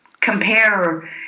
compare